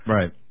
Right